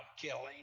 killing